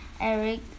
Eric